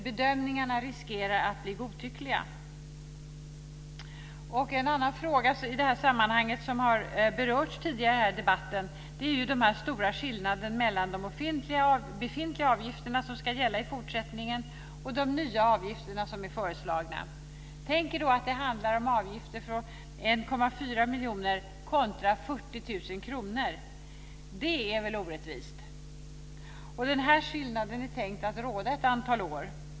Bedömningarna riskerar att bli godtyckliga. En annan fråga i sammanhanget som har berörts tidigare i debatten är den stora skillnaden mellan de befintliga avgifter som ska gälla i fortsättningen och de nya avgifter som är föreslagna. Tänk då att det handlar om avgifter från 1,4 miljoner till 40 000 kr. Det är väl orättvist! Den här skillnaden är tänkt att råda ett antal år.